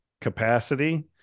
capacity